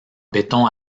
béton